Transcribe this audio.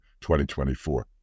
2024